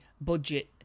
budget